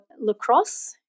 lacrosse